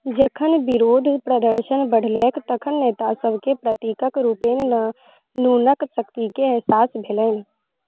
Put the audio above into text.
जखन विरोध प्रदर्शन बढ़लैक तखन नेता सभकेँ प्रतीकक रूपेण नूनक शक्तिके एहसास भेलनि